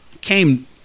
came